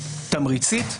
תמריצית,